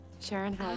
Sharon